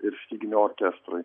ir styginių orkestrui